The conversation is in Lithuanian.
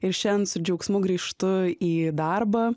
ir šian su džiaugsmu grįžtu į darbą